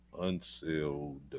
Unsealed